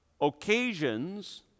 occasions